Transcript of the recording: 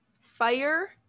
fire